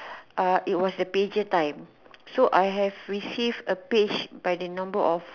uh it was the pager time so I have received a page by the number of